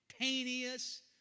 instantaneous